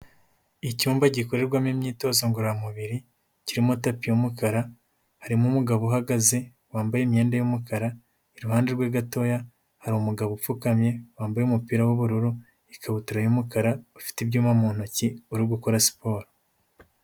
Icyumba gikorerwamo imyitozo ngororamubiri, kirimo tapi y'umukara, harimo umugabo uhagaze wambaye imyenda y'umukara, iruhande rwe gatoya hari umugabo upfukamye wambaye umupira w'ubururu, ikabutura y'umukara, ufite ibyuma mu ntoki uri gukora siporo.